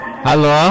Hello